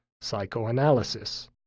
psychoanalysis